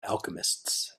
alchemists